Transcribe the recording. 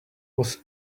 was